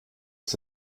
ist